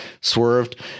Swerved